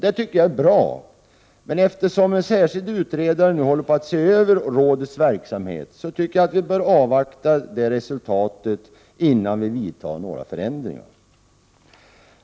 Det tycker jag är bra, men eftersom en särskild utredare håller på att se över rådets verksamhet, anser jag att vi bör avvakta resultatet av hans arbete innan vi vidtar några förändringar.